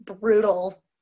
brutal